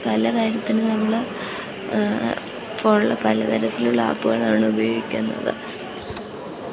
പല കാര്യത്തിന് നമ്മൾ ഫോണിൽ പലതരത്തിലുള്ള ആപ്പുകളാണ് ഉപയോഗിക്കുന്നത്